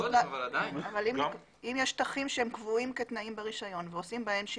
אם יש שטחים שהם קבועים כתנאים ברישיון ועושים בהם שינוי,